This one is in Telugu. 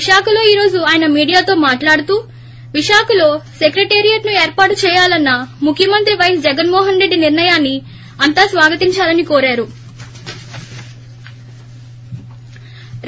విశాఖలో ఈ రోజు ఆయన మీడియాతో మాట్లాడుతూ విశాఖలో సెక్రటేరియట్ను ఏర్పాటు చేయాన్న ముఖ్యమంత్రి వైఎస్ జగన్మోహన్ రెడ్డి నిర్ణయాన్ని అంతార స్వాగతించాలని కోరారు